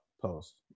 Post